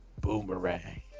Boomerang